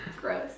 Gross